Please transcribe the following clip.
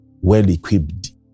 well-equipped